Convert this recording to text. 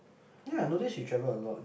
ya I notice you travel a lot